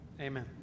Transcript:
Amen